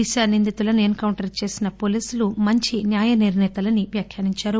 దిశ నిందితులను encounter చేసిన పోలీసులు మంచి న్యాయనిర్ణేతలని వ్యాఖ్యానించారు